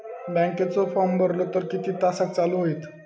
बँकेचो फार्म भरलो तर किती तासाक चालू होईत?